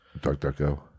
Duck-Duck-Go